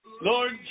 Lord